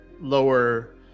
lower